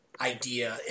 idea